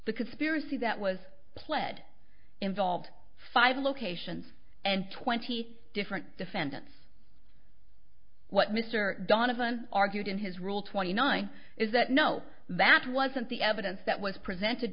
the conspiracy that was pled involved five locations and twenty different defendants what mr donovan argued in his rule twenty nine is that no that wasn't the evidence that was presented